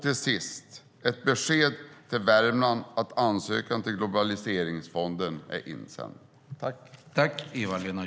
Till sist är det ett besked till Värmland om att ansökan till globaliseringsfonden är insänd.